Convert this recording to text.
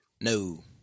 No